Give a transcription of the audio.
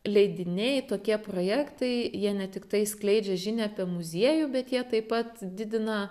leidiniai tokie projektai jie ne tiktai skleidžia žinią apie muziejų bet jie taip pat didina